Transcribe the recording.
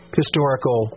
historical